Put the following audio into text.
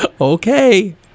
Okay